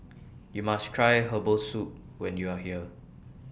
YOU must Try Herbal Soup when YOU Are here